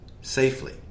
safely